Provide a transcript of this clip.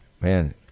man